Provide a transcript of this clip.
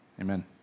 Amen